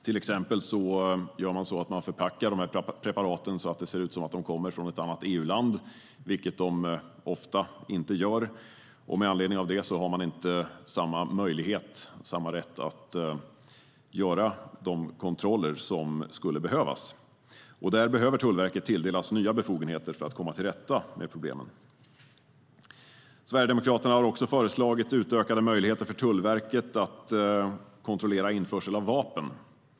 Till exempel förpackar man preparaten så att det ser ut att komma från ett annat EU-land, vilket de ofta inte gör. Med anledning av det har Tullverket inte samma möjligheter och rättigheter att göra de kontroller som skulle behövas. Där behöver Tullverket tilldelas nya befogenheter för att komma till rätta med problemen. Sverigedemokraterna har också föreslagit utökade möjligheter för Tullverket att kontrollera införsel av vapen.